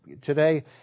today